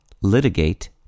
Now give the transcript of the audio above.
litigate